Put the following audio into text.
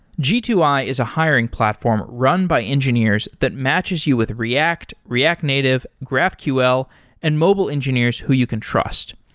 g two i is a hiring platform run by engineers that matches you with react, react native, graphql and mobile engineers who you can trust.